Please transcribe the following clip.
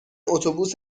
اتوبوس